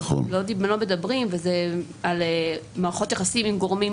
לא מדברים על מערכות יחסים עם גורמים